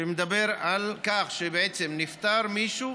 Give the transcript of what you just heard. שמדבר על כך שבעצם נפטר מישהו